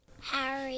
Harry